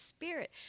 spirit